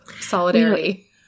solidarity